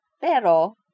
Pero